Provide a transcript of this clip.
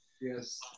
Yes